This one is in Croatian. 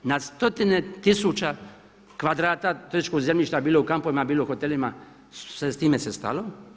Na stotine tisuća kvadrata turističkog zemljišta bilo u kampovima, bilo u hotelima sa time se stalo.